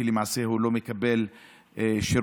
כי למעשה הוא לא מקבל שירותים,